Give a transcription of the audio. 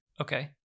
Okay